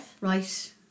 Right